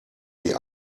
die